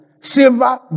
silver